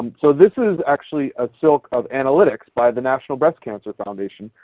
so this is actually a silk of analytics by the national breast cancer association.